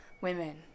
women